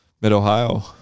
mid-Ohio